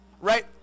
right